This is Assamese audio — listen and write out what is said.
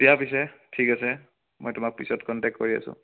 দিয় পিছে ঠিক আছে মই তোমাক পিছত কণ্টেক্ট কৰি আছো